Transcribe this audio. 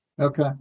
Okay